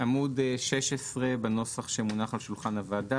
עמוד 16 בנוסח שמונח על שולחן הוועדה.